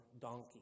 donkey